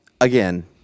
again